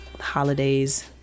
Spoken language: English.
holidays